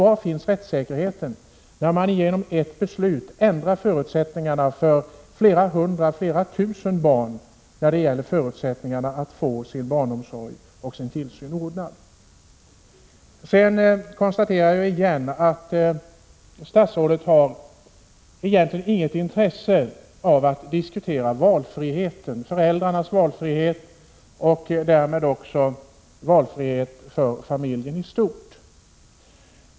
Var finns rättssäkerheten, när man genom ett beslut ändrar förutsättningarna för att ordna barnomsorgen för flera hundra, ja flera tusen, barn? Jag kan åter konstatera att statsrådet egentligen inte har något intresse av att diskutera föräldrarnas valfrihet och därmed valfriheten för familjen i stort.